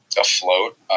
afloat